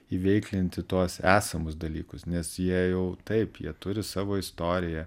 įveiklinti tuos esamus dalykus nes jie jau taip jie turi savo istoriją